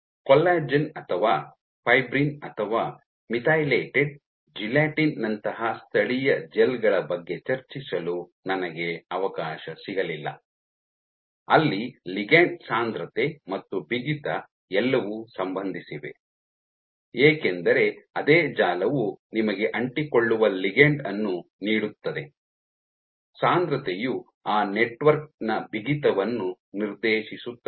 collagen ಅಥವಾ fibrin ಅಥವಾ methylated gelatin ನಂತಹ ಸ್ಥಳೀಯ ಜೆಲ್ ಗಳ ಬಗ್ಗೆ ಚರ್ಚಿಸಲು ನನಗೆ ಅವಕಾಶ ಸಿಗಲಿಲ್ಲ ಅಲ್ಲಿ ಲಿಗಂಡ್ ಸಾಂದ್ರತೆ ಮತ್ತು ಬಿಗಿತ ಎಲ್ಲವೂ ಸಂಬಂಧಿಸಿವೆ ಏಕೆಂದರೆ ಅದೇ ಜಾಲವು ನಿಮಗೆ ಅಂಟಿಕೊಳ್ಳುವ ಲಿಗಂಡ್ ಅನ್ನು ನೀಡುತ್ತದೆ ಸಾಂದ್ರತೆಯು ಆ ನೆಟ್ವರ್ಕ್ ನ ಬಿಗಿತವನ್ನು ನಿರ್ದೇಶಿಸುತ್ತದೆ